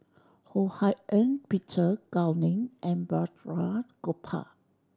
Ho Hak Ean Peter Gao Ning and Balraj Gopal